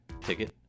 ticket